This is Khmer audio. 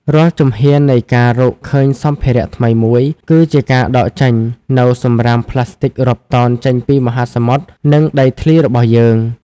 រាល់ជំហាននៃការរកឃើញសម្ភារៈថ្មីមួយ គឺជាការដកចេញនូវសម្រាមប្លាស្ទិករាប់តោនចេញពីមហាសមុទ្រ និងដីធ្លីរបស់យើង។